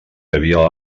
havia